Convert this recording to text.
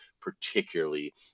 particularly